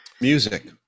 Music